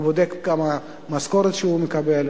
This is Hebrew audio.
הוא בודק מה המשכורת שהוא מקבל,